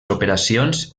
operacions